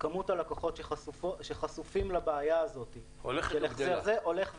כמות הלקוחות שחשופים לבעיה הזאת הולך וקטן,